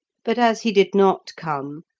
but as he did not come,